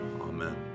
Amen